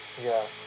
ya